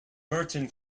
burton